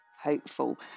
hopeful